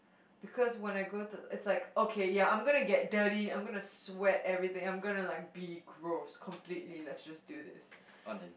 because when I go to it's like okay ya I'm gonna get dirty I'm gonna sweat everything I'm gonna like be gross completely let's just do this